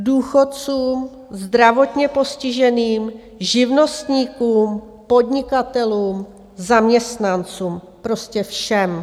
Důchodcům zdravotně postiženým, živnostníkům, podnikatelům, zaměstnancům, prostě všem.